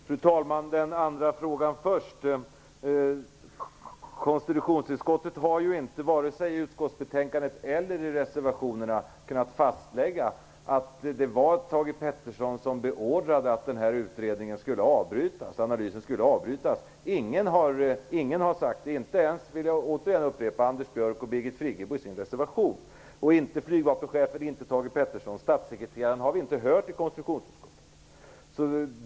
Fru talman! Jag skall ta upp den andra frågan först. Konstitutionsutskottet har inte, vare sig i utskottsbetänkandet eller i reservationerna, kunnat fastställa att det var Thage G Peterson som beordrade att den här analysen skulle avbrytas. Ingen har sagt det. Inte ens Anders Björck och Birgit Friggebo har gjort det i sin reservation. Det vill jag återigen upprepa. Flygvapenchefen och Thage G Peterson har inte heller sagt detta. Statssekreteraren har vi inte hört i konstitutionsutskottet.